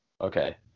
Okay